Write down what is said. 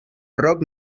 roc